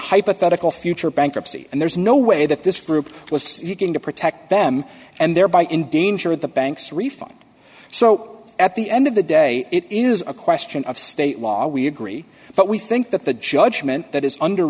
hypothetical future bankruptcy and there's no way that this group was you can to protect them and thereby endanger the bank's refund so at the end of the day it is a question of state laws we agree but we think that the judgment that is under